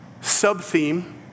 sub-theme